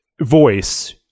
voice